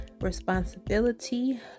responsibility